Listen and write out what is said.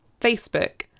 facebook